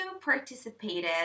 participated